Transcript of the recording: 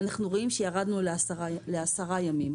אנחנו רואים שירדנו לעשרה ימים.